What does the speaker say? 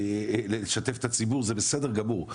ולשתף את הציבור זה בסדר גמור,